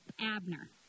Abner